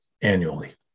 annually